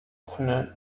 offene